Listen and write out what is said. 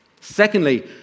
Secondly